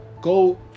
go